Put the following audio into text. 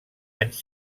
anys